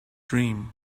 dream